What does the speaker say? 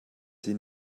sie